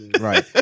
Right